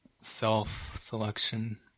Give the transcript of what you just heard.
self-selection